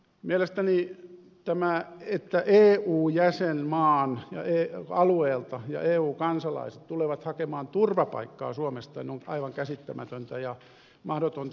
mielestäni tämä että eu jäsenmaan alueelta eu kansalaiset tulevat hakemaan turvapaikkaa suomesta on aivan käsittämätöntä ja mahdotonta